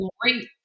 great